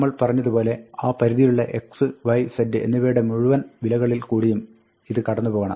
നമ്മൾ പറഞ്ഞതുപോലെ ആ പരിധിയിലുള്ള x y z എന്നിവയുടെ മുഴുവൻ വിലകളിൽ കൂടിയും ഇത് കടന്നു പോയിരിക്കണം